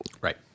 Right